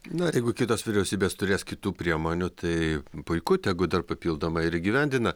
na jeigu kitos vyriausybės turės kitų priemonių tai puiku tegu dar papildomai ir įgyvendina